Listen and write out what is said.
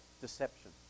deception